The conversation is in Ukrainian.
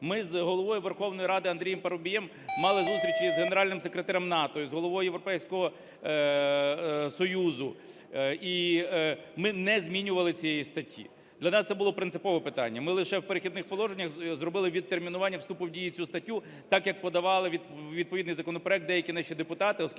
Ми з Головою Верховної Ради Андрієм Парубієм мали зустріч і з Генеральним секретарем НАТО, і Головою Європейського Союзу, і ми не змінювали цієї статті, для нас це було принципове питання. Ми лише в "Перехідних положеннях" зробили відтермінування вступу в дію цю статтю, так як подавали відповідний законопроект деякі наші депутати,